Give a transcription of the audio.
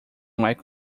michael